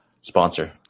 sponsor